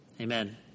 Amen